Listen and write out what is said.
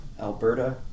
Alberta